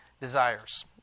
desires